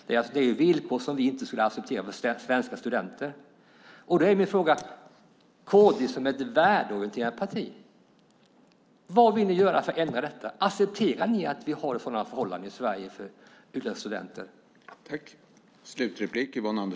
Det är villkor som vi inte skulle acceptera för svenska studenter. Då har jag en fråga. Vad vill Kristdemokraterna som är ett värdeorienterat parti göra för att ändra detta? Accepterar ni att vi har sådana förhållanden i Sverige för utländska studenter?